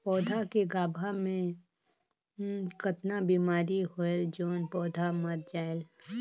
पौधा के गाभा मै कतना बिमारी होयल जोन पौधा मर जायेल?